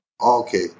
Okay